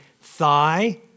thigh